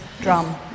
drum